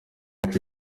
uwacu